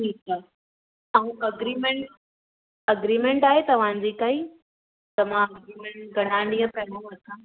ठीकु आहे ऐं अग्रीमेंट अग्रीमेंट आहे तव्हांजी काई त पोइ मां घणा ॾींहं पहिरों पहुचा